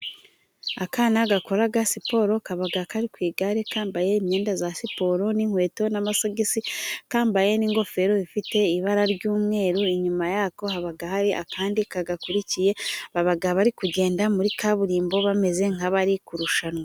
Akana gakora siporo kaba kari ku igare, kambaye imyenda ya siporo n'inkweto n'amasogisi, kambaye n'ingofero ifite ibara ry'umweru, inyuma ya ko haba hari akandi kagakurikiye, baba bari kugenda muri kaburimbo, bameze nk'abari kurushanwa.